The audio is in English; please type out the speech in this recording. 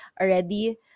already